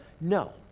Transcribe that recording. No